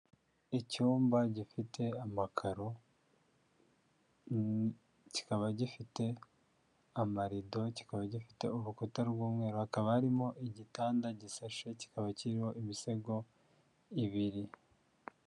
Icyumba gifite amakaro, kikaba gifite amarido, kikaba gifite urukuta rw'umweru, hakaba harimo igitanda gishashe, kikaba kirimo imisego ibiri.